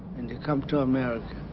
and to come to america